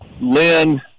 Lynn